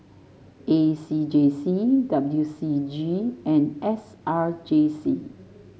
A C J C W C G and S R J C